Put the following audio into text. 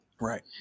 Right